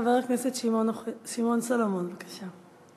חבר הכנסת שמעון אוחיון, שמעון סולומון, בבקשה.